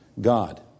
God